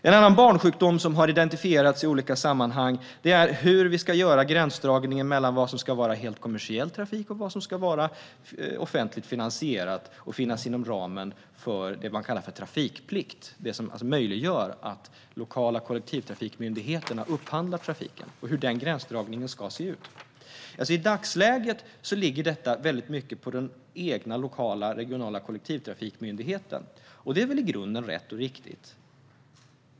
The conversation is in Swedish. En annan barnsjukdom som har identifierats i olika sammanhang är hur vi ska göra gränsdragningen mellan vad som ska vara helt kommersiell trafik och vad som ska vara offentligt finansierad trafik inom ramen för det man kallar trafikplikt - alltså det som möjliggör att lokala kollektivtrafikmyndigheter upphandlar trafik - och hur den gränsdragningen ska se ut. I dagsläget ligger detta mycket på den lokala regionala kollektivtrafikmyndigheten, och det är väl rätt och riktigt.